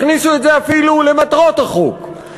הכניסו את זה אפילו למטרות החוק,